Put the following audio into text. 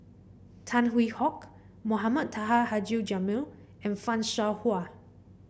Tan Hwee Hock Mohamed Taha Haji Jamil and Fan Shao Hua